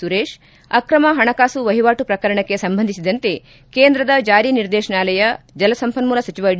ಸುರೇಶ್ ಅಕ್ರಮ ಹಣಕಾಸು ವಹಿವಾಟು ಪ್ರಕರಣಕ್ಕೆ ಸಂಬಂಧಿಸಿದಂತೆ ಕೇಂದ್ರದ ಜಾರಿ ನಿರ್ದೇಶನಾಲಯ ಜಲಸಂಪನ್ನೂಲ ಸಚಿವ ಡಿ